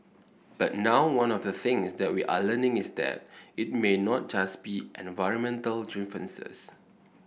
but now one of the things that we are learning is that it may not just be environmental differences